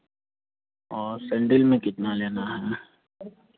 और सेंडिल में कितना लेना है